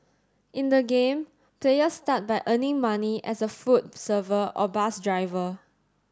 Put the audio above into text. in the game players start by earning money as a food server or bus driver